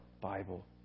Bible